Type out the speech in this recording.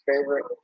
favorite